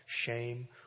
shame